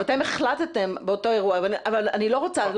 ואתם החלטתם באותו אירוע אבל אני לא רוצה,